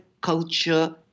culture